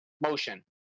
motion